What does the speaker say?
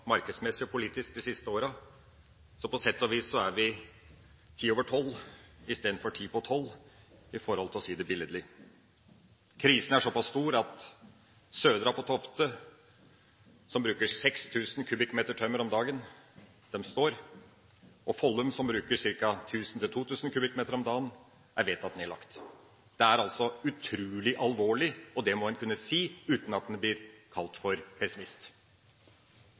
sett og vis er vi ti over tolv istedenfor ti på tolv, for å si det billedlig. Krisen er såpass stor at Södra på Tofte, som bruker 6 000 m3 tømmer om dagen, består, og Follum, som bruker ca. 1 000–2 000 m3 om dagen, er nedlagt. Det er utrolig alvorlig, og det må en kunne si uten at en blir kalt for pessimist.